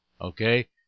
okay